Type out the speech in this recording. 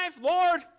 Lord